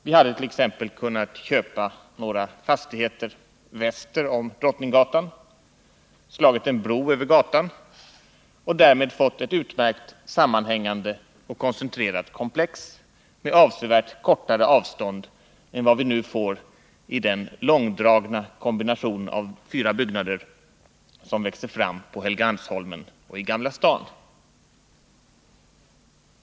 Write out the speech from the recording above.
Vi hade t.ex. kunnat köpa några fastigheter väster om Drottninggatan, slagit en bro över gatan och därmed fått ett utmärkt, sammanhängande och koncentrerat komplex med avsevärt kortare avstånd än vad vi får i den långdragna kombination av fyra byggnader som nu växer fram på Helgeandsholmen och i Gamla stan.